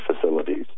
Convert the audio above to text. facilities